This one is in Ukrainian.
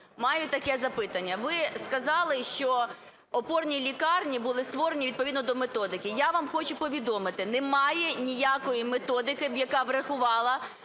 Маю таке запитання. Ви сказали, що опорні лікарні були створені відповідно до методики. Я вам хочу повідомити, немає ніякої методики, яка б врахувала